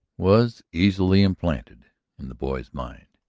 was easily implanted in the boy's mind.